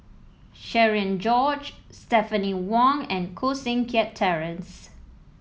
Cherian George Stephanie Wong and Koh Seng Kiat Terence